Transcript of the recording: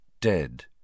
dead